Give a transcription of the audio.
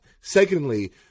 secondly